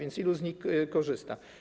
Ilu z nich korzysta?